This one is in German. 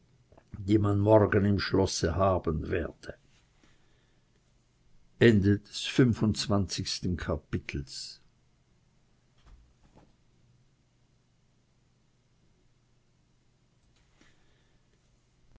die man morgen im schlosse haben werde